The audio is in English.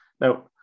Now